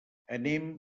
anem